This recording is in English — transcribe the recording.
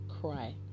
cry